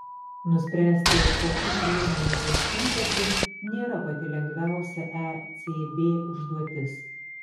nuspręsti kokių priemonių bus imtasi nėra pati lengviausia ecb užduotis